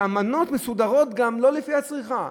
שהמנות מסודרות גם לא לפי הצריכה.